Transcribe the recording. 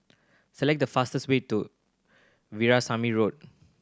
select the fastest way to Veerasamy Road